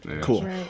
Cool